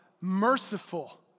merciful